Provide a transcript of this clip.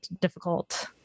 difficult